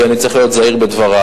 כי אני צריך להיות זהיר בדברי,